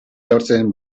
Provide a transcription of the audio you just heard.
erortzen